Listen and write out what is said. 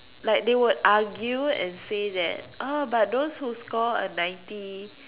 like they would argue and say that uh but those who score a ninety